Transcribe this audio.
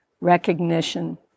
recognition